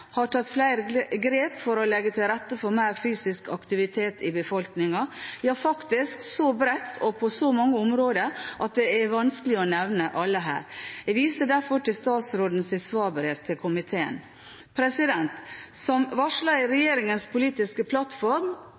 har tatt flere grep for å legge til rette for mer fysisk aktivitet i befolkningen – ja, faktisk så bredt og på så mange områder at det er vanskelig å nevne alle her. Jeg viser derfor til statsrådens svarbrev til komiteen. Som varslet i regjeringens politiske plattform